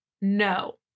No